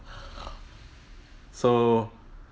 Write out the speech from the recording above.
so